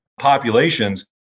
populations